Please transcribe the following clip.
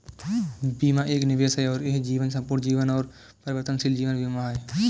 बीमा एक निवेश है और यह जीवन, संपूर्ण जीवन और परिवर्तनशील जीवन बीमा है